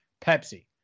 Pepsi